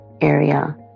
area